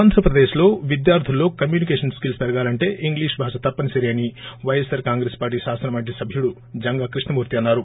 ఆంధ్రప్రదేశ్లో విద్యార్లుల్లో communication skills పెరగాలంటే ఇంగ్లీష్ భాష తప్పనిసరి అని వైఎస్పార్ కాంగ్రెస్ పార్టీ శాసన మండలి సభ్యుడు జంగా కృష్ణమూర్తి అన్నారు